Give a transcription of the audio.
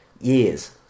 years